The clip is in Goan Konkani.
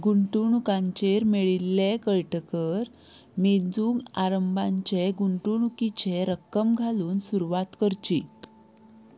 गुंतवणुकांचेर मेळिल्लें कळटकच मेजून आरंभाचे गुंतवणुकीचे रक्कम घालून सुरवात करची